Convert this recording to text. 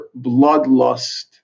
bloodlust